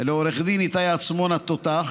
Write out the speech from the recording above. לעורך דין איתי עצמון התותח